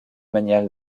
manière